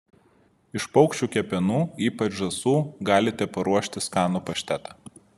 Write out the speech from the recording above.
iš paukščių kepenų ypač žąsų galite paruošti skanų paštetą